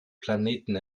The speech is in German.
planeten